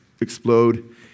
explode